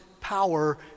power